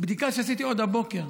בבדיקה שעשיתי עוד הבוקר,